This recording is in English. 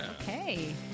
Okay